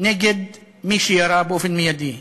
נגד מי שירה באופן מיידי.